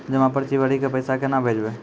जमा पर्ची भरी के पैसा केना भेजबे?